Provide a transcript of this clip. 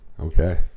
Okay